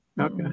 Okay